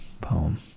poem